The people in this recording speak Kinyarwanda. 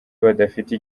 badafite